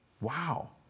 Wow